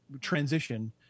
transition